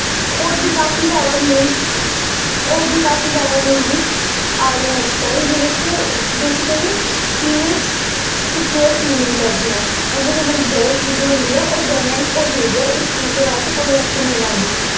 होर बी काफी जादा न्यूज होर बी काफी जादा न्यूजिस आ दियां अजकल्ल जेह्दे च बेसिकली फीमेल सिक्योर फील निं करदियां न उं'दे कन्नै गल्त चीजें होंदियां ऐ और गौरमैंट और मीडिया इस चीज दे बारे च कोई ऐक्शन निं लैंदी